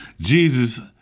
Jesus